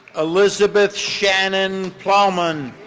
elizabeth shannon plowman.